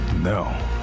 No